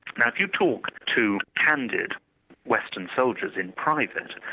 now if you talk to candid western soldiers in private,